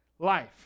life